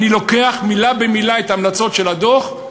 אני לוקח מילה במילה מההמלצות של הדוח.